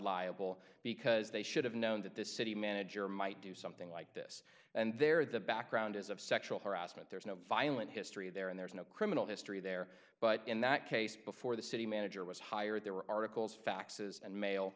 liable because they should have known that this city manager might do something like this and there the background is of sexual harassment there's no violent history there and there's no criminal history there but in that case before the city manager was hired there were articles faxes and mail